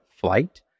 flight